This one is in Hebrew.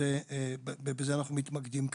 שבזה אנחנו מתמקדים כרגע.